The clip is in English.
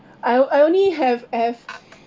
I I only have have